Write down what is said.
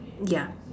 ya